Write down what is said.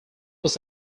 was